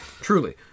truly